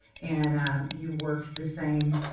and you work the same,